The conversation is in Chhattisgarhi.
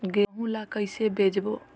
गहूं ला कइसे बेचबो?